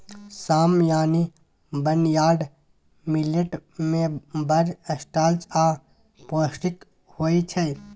साम यानी barnyard millet मे बड़ स्टार्च आ पौष्टिक होइ छै